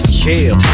chill